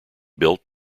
built